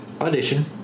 Audition